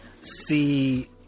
See